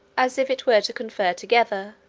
as if it were to confer together,